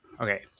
okay